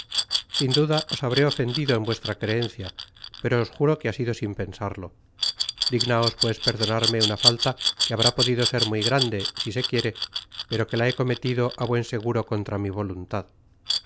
sin duda os habré ofendido en vuestra creencia pero os juro que ha sido sin pensarlo dignaos pues perdonarme una falta que habrá podido ser muy grande si sequiere pero que la he cometido á buen seguro contra mi voluntad